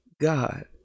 God